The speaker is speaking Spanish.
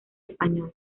español